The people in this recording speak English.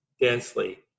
densely